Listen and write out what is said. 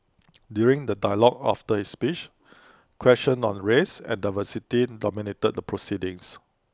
during the dialogue after his speech questions on race and diversity dominated the proceedings